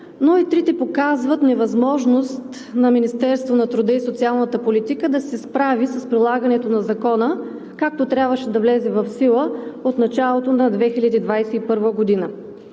но и трите показват невъзможност на Министерството на труда и социалната политика да се справи с прилагането на Закона, както трябваше да влезе в сила от началото на 2021 г.